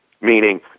meaning